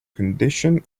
condition